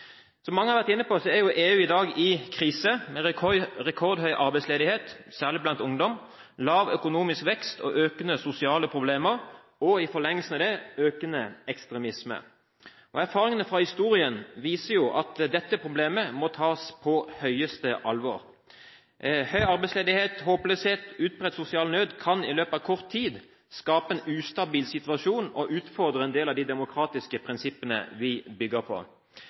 Som mange har vært inne på, er EU i dag i krise, med rekordhøy arbeidsledighet, særlig blant ungdom, lav økonomisk vekst og økende sosiale problemer – og i forlengelsen av det økende ekstremisme. Erfaringene fra historien viser at dette problemet må tas på høyeste alvor. Høy arbeidsledighet, håpløshet og utbredt sosial nød kan i løpet av kort tid skape en ustabil situasjon og utfordre en del av de demokratiske prinsippene vi bygger på.